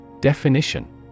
Definition